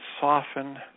soften